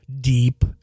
deep